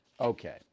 Okay